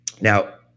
Now